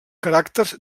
caràcters